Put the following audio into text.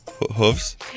Hooves